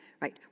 Right